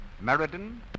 Meriden